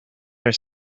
are